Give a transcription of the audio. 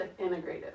integrative